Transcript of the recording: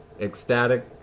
ecstatic